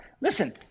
listen